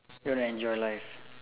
you want to enjoy life